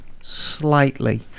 slightly